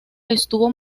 estuvo